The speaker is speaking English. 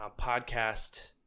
podcast